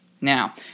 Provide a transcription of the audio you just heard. Now